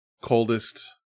Coldest